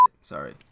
Sorry